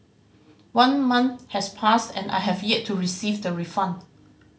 one month has passed and I have yet to receive the refund